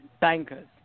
Bankers